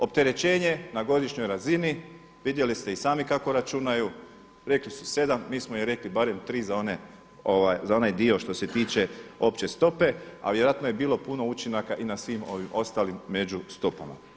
Opterećenje na godišnjoj razini, vidjeli ste i sami kako računaju, rekli su 7, mi smo im rekli barem 3 za onaj dio što se tiče opće stope, a vjerojatno je bilo puno učinaka i na svim ovim ostalim međustopama.